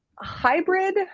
hybrid